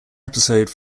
episode